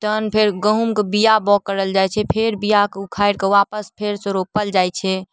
तहन फेर गहूँमके बिआ बाओग करल जाइ छै फेर बिआके उखाड़ि कऽ वापस फेरसँ रोपल जाइ छै